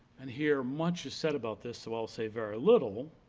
and here much is said about this, so i'll say very little,